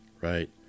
right